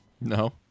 No